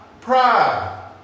Pride